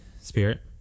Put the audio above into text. Spirit